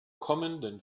kommenden